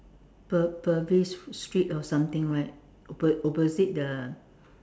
pur~ Purvis street or something right oppo~ opposite the